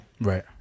Right